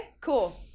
cool